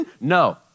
No